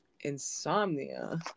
Insomnia